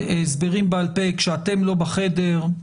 הסברים בעל פה כשאתם לא בחדר,